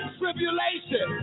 tribulation